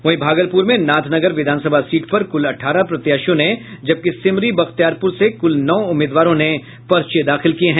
वहीं भागलप्र में नाथनगर विधानसभा सीट पर कुल अठारह प्रत्याशियों ने जबकि सिमरी बख्तियारपुर से कुल नौ उम्मीदवारों ने पर्चे दाखिल किये हैं